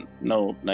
No